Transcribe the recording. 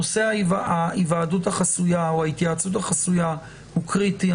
נושא ההיוועדות החסויה או ההתייעצות החסויה הוא קריטי.